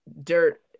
dirt